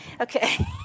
Okay